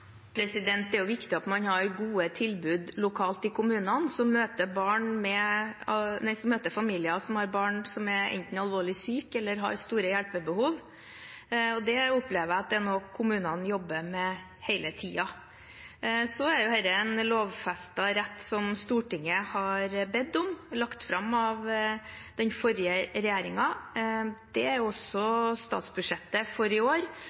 Det er viktig at man har gode tilbud lokalt i kommunene, som møter familier som har barn som enten er alvorlig syke eller har store hjelpebehov. Det opplever jeg at er noe kommunene jobber med hele tiden. Dette er en lovfestet rett som Stortinget har bedt om, lagt fram av den forrige regjeringen. Det er også statsbudsjettet for i år,